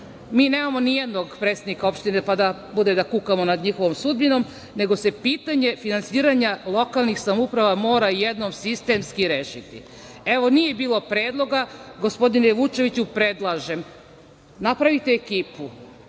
nemamo nijednog predstavnika opštine, pa da bude da kukamo nad njihovom sudbinom, nego se pitanje finansiranja lokalnih samouprava mora jednom sistemski rešiti. Evo, nije bilo predloga, gospodine Vučeviću, predlažem, napravite ekipu.